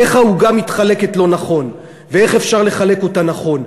איך העוגה לא מתחלקת נכון ואיך אפשר לחלק אותה נכון.